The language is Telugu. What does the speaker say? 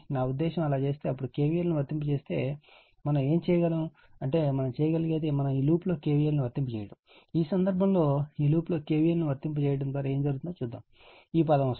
నా ఉద్దేశ్యం అలా చేస్తే అప్పుడు KVL ను వర్తింపజేస్తే మనం ఏమి చేయగలం అంటే మనం చేయగలిగేది మనం ఈ లూప్లో KVL ను వర్తింపజేయడం ఈ సందర్భంలో ఈ లూప్లో KVL ను వర్తింపజేయడం ఏమి జరుగుతుందో ఈ పదం లాగా వస్తోంది